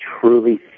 truly